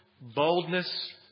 boldness